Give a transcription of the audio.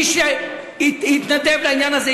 מי שהתנדב לעניין הזה,